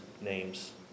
names